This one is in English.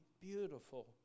beautiful